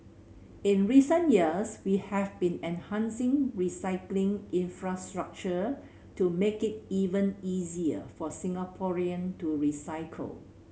in recent years we have been enhancing recycling infrastructure to make it even easier for Singaporean to recycle